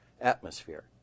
atmosphere